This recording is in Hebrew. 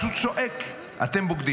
אז הוא צועק: אתם בוגדים.